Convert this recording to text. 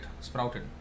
sprouted